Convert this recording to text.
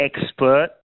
expert